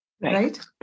right